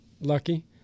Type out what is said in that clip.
lucky